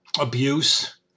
abuse